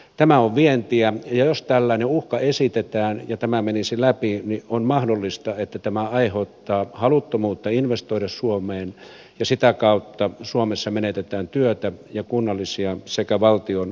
tämä on vientiä ja jos tällainen uhka esitetään ja tämä menisi läpi on mahdollista että tämä aiheuttaa haluttomuutta investoida suomeen ja sitä kautta suomessa menetetään työtä ja kunnallisia sekä valtion verotuloja